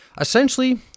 Essentially